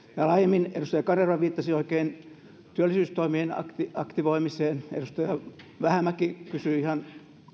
aiemmin edustaja kanerva viittasi oikein työllisyystoimien aktivoimiseen edustaja vähämäki kysyi ihan